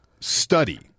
study